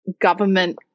government